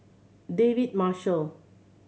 David Marshall